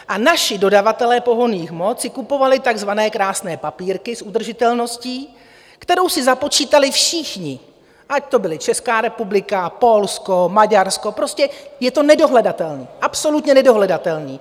A naši dodavatelé pohonných hmot si kupovali takzvané krásné papírky s udržitelností, kterou si započítali všichni, ať to byla Česká republika, Polsko, Maďarsko prostě je to nedohledatelné, absolutně nedohledatelné.